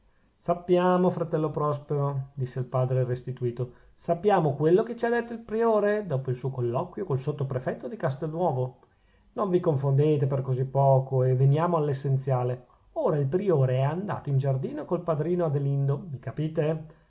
sappiamo fratello prospero disse il padre restituto sappiamo quello che ci ha detto il priore dopo il suo colloquio col sottoprefetto di castelnuovo non vi confondete per così poco e veniamo all'essenziale ora il priore è andato in giardino col padrino adelindo mi capite